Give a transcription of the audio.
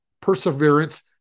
perseverance